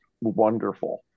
wonderful